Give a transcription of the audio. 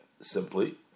simply